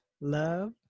love